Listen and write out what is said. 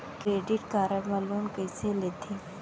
Credit card मा loan कइसे लेथे?